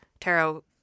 tarot